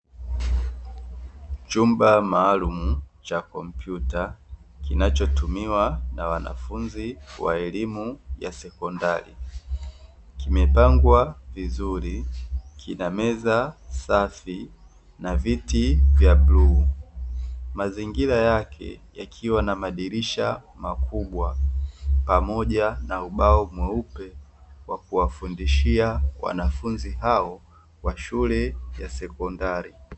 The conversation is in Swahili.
Chumba maalumu cha kompyuta, kinachotumiwa na wanafunzi wa elimu ya sekondari, kimepangwa vizuri, kina meza safi na viti vya bluu. Mazingira yake yakiwa na madirisha makubwa pamoja na ubao mweupe wa kuwafundishia wanafunzi hao wa shule ya sekondari.